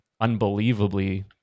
unbelievably